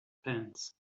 pants